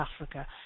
Africa